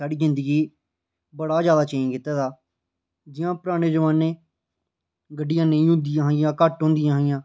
साढ़ी जिंदगी गी बड़ा गै जैदा चेंज कीते दा ऐ गड्डियां जां नेईं होंदियां हियां जा घट्ट होंदियां हियां